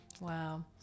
Wow